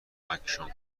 کمکشان